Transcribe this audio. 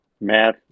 math